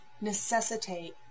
Necessitate